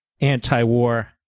anti-war